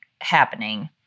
happening